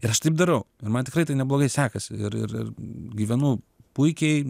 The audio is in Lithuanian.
ir aš taip darau man tikrai tai neblogai sekasi ir ir ir gyvenu puikiai